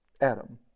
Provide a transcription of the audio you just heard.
Adam